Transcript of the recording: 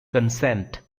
consent